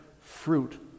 fruit